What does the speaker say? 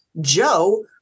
Joe